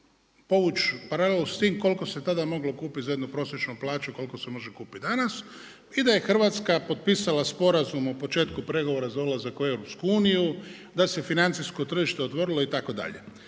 i povuć paralelu s tim koliko se tada moglo kupiti za jednu prosječnu plaću koliko se može kupiti danas i da je Hrvatska potpisala sporazum o početku pregovora za ulazak u EU, da se financijsko tržište otvorilo itd.